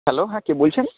hello হ্যাঁ কে বলছেন